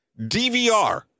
DVR